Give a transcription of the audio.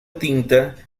tinta